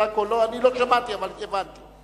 אני לא שמעתי אבל הבנתי.